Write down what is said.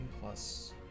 plus